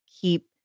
keep